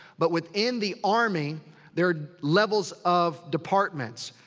but within the army there are levels of departments.